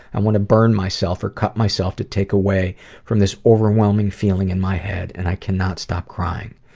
and want to burn myself or cut myself to take away from this overwhelming feeling in my head and i cannot stop crying.